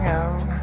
out